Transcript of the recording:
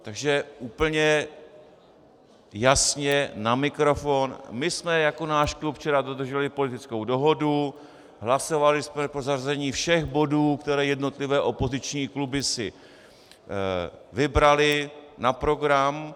Takže úplně jasně na mikrofon: My jsme jako náš klub včera dodrželi politickou dohodu, hlasovali jsme pro zařazení všech bodů, které jednotlivé opoziční kluby si vybraly na program.